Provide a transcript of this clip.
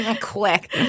Quick